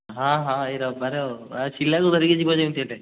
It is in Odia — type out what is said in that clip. ହଁ ହଁ ଏହି ରବିବାର ଆଉ ଆଉ ସିଲାକୁ ଧରିକି ଯିବ ଯେମିତି ହେଲେ